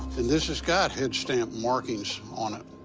and this has got head stamp markings on it.